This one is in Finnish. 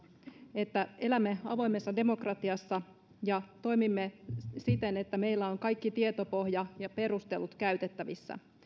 että elämme avoimessa demokratiassa ja toimimme siten että meillä on kaikki tietopohja ja perustelut käytettävissä